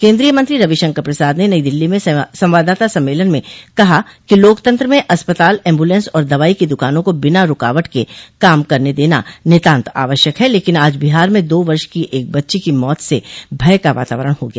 केन्द्रीय मंत्री रविशंकर प्रसाद ने नई दिल्ली में संवाददाता सम्मेलन में कहा कि लोकतंत्र में अस्पताल एम्बुलेंस और दवाई की द्रकानों को बिना रूकावट के काम करने देना नितान्त आवश्यक है लेकिन आज बिहार में दो वर्ष की एक बच्ची की मौत से भय का वातावरण हो गया